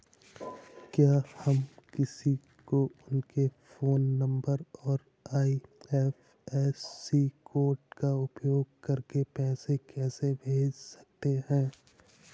क्या हम किसी को उनके फोन नंबर और आई.एफ.एस.सी कोड का उपयोग करके पैसे कैसे भेज सकते हैं?